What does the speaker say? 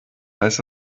heißt